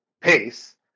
pace